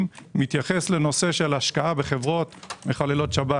מתייחס לנושא של השקעה בחברות מחללות שבת.